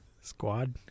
squad